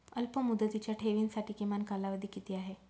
अल्पमुदतीच्या ठेवींसाठी किमान कालावधी किती आहे?